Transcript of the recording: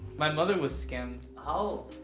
my mother was scammed. how?